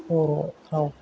बर' राव